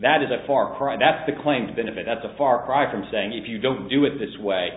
that is a far cry that's the claims benefit that's a far cry from saying if you don't do it this way